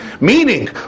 meaning